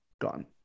gone